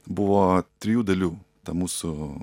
buvo trijų dalių ta mūsų